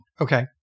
Okay